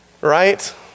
right